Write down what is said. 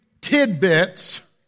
tidbits